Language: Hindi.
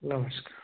नमस्कार